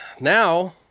Now